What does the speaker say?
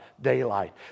daylight